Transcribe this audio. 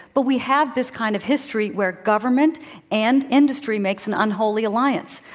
but we have this kind of history where government and industry makes an unholy alliance.